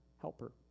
helper